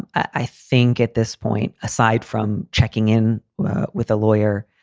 i think at this point, aside from checking in with a lawyer,